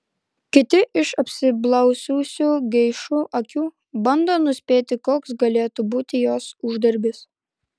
kiti iš apsiblaususių geišų akių bando nuspėti koks galėtų būti jos uždarbis